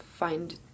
find